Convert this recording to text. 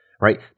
right